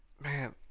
Man